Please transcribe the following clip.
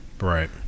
Right